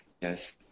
Yes